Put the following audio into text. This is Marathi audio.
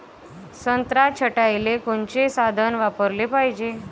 संत्रा छटाईले कोनचे साधन वापराले पाहिजे?